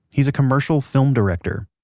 he's a commercial film director.